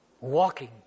walking